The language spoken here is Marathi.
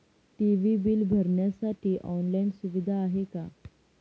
टी.वी बिल भरण्यासाठी ऑनलाईन सुविधा आहे का?